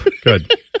good